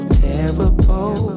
terrible